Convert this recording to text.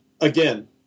again